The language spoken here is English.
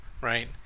Right